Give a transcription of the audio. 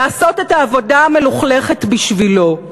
לעשות את העבודה המלוכלכת בשבילו.